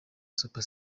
super